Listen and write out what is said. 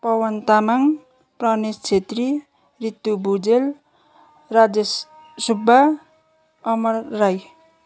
Pawan Tamang Pranesh Chhetri Ritu Bhujel Rajesh Subba Amar Rai